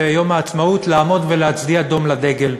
ביום העצמאות לעמוד ולהצדיע בדום לדגל.